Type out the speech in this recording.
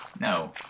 No